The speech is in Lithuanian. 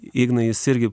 ignai jūs irgi